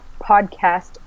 podcast